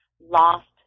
lost